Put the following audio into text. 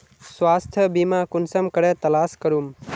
स्वास्थ्य बीमा कुंसम करे तलाश करूम?